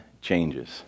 changes